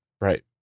Right